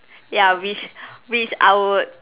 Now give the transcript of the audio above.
ya which which I would